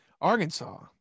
Arkansas